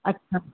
अच्छा